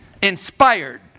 inspired